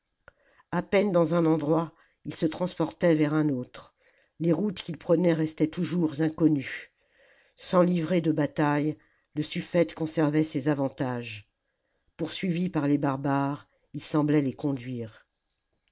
a peine dans un endroit il se transportait vers un autre les routes qu'il prenait restaient toujours inconnues sans hvrer de bataille le sufïete conservait ses avantages poursuivi par les barbares il semblait les conduire